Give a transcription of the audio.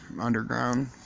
underground